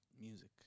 music